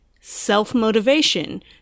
self-motivation